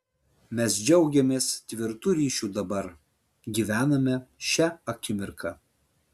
mes džiaugiamės tvirtu ryšiu dabar gyvename šia akimirka